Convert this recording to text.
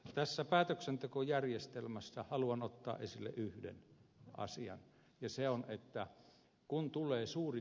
tässä päätöksentekojärjestelmässä haluan ottaa esille yhden asian kyse on että kun tulee suuri